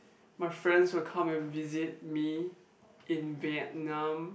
my friends will come and visit me in Vietnam